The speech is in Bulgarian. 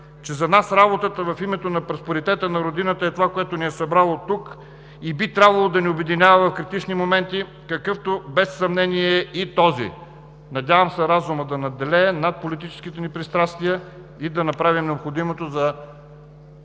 че за нас работата в името на просперитета на родината е това, което ни е събрало тук и би трябвало да ни обединява в критични момент, какъвто без съмнение е и този. Надявам се разумът да надделее над политическите ни пристрастия и да направим необходимото за